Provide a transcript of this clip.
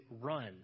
run